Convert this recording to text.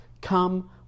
Come